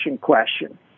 question